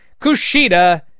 Kushida